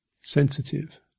sensitive